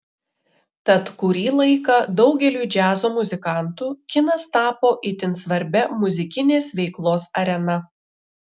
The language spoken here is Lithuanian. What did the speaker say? tad kurį laiką daugeliui džiazo muzikantų kinas tapo itin svarbia muzikinės veiklos arena